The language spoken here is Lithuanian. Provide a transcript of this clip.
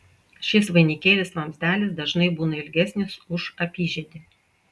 šis vainikėlis vamzdelis dažnai būna ilgesnis už apyžiedį